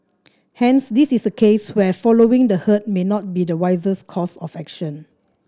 hence this is a case where following the herd may not be the wisest course of action